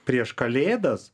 prieš kalėdas